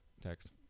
text